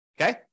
Okay